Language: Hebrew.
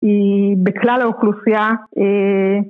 ובכלל האוכלוסייה